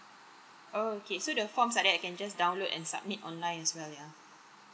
oh okay so the forms like that I can just download and submit online as well ya